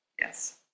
Yes